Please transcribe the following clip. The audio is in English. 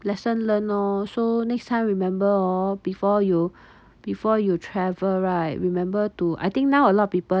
lesson learned lor so next time remember orh before you before you travel right remember to I think now a lot of people